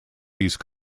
these